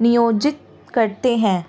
नियोजित करते हैं